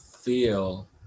feel